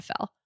NFL